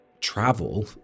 travel